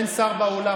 אין שר באולם,